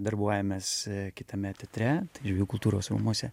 darbuojamės kitame teatre žvejų kultūros rūmuose